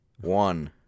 One